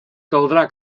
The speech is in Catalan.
caldrà